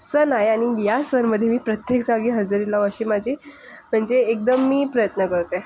सण आहे आणि या सणामध्ये मी प्रत्येक जागी हजेरी लावा अशी माझी म्हणजे एकदम मी प्रयत्न करते